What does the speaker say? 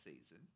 season